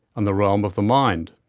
and the realm of the mind.